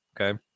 Okay